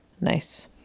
nice